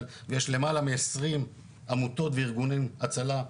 ויש למעלה מ-20 עמותות וארגוני הצלה,